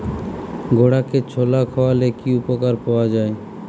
ঘোড়াকে ছোলা খাওয়ালে কি উপকার পাওয়া যায়?